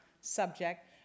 subject